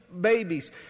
babies